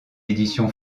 éditions